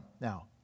now